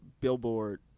billboard